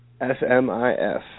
S-M-I-F